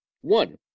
One